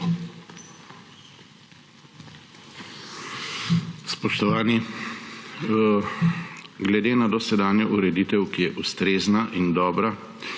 Spoštovani! Glede na dosedanjo ureditev, ki je ustrezna in dobra